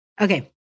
Okay